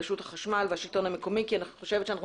רשות החשמל והשלטון המקומי כי אני חושבת שאנו